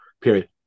period